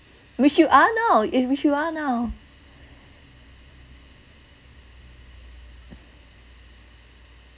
which you are now which you are now